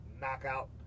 Knockout